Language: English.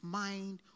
mind